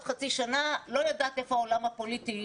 חצי שנה אני לא יודעת היכן יהיה העולם הפוליטי,